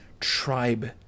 tribe